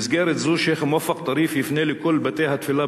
במסגרת זו שיח' מואפק טריף יפנה לכל בתי-התפילה